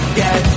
get